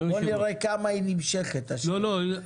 בוא נראה כמה נמשכת השאלה.